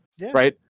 right